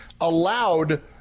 allowed